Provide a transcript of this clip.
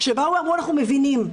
שאמרו: אנחנו מבינים.